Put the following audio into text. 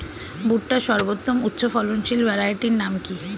ভুট্টার সর্বোত্তম উচ্চফলনশীল ভ্যারাইটির নাম কি?